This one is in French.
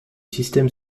système